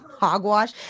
Hogwash